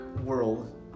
world